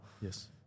Yes